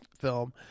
film